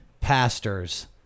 pastors